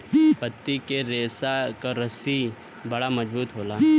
पत्ती के रेशा क रस्सी बड़ा मजबूत होला